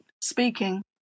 speaking